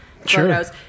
photos